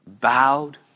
bowed